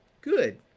good